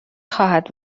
خواهد